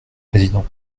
président